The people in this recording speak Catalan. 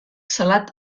salat